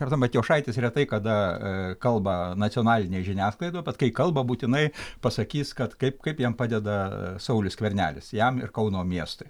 kartą matijošaitis retai kada kalba nacionalinėj žiniasklaidoj bet kai kalba būtinai pasakys kad kaip kaip jam padeda saulius skvernelis jam ir kauno miestui